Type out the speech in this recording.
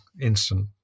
instant